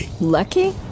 Lucky